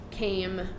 came